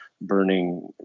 burning